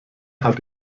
hat